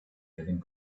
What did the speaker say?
living